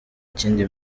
kindi